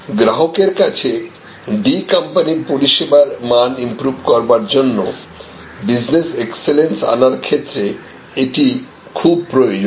গ্রাহকের কাছে D কোম্পানির পরিষেবার মান ইমপ্রুভ করবার জন্য বিজনেস এক্সেলেন্স আনার ক্ষেত্রে এটি খুব প্রয়োজন